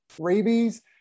rabies